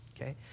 okay